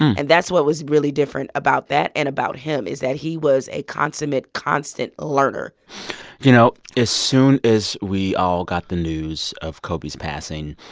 and that's what was really different about that and about him is that he was a consummate constant learner you know, as soon as we all got the news of kobe's passing,